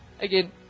again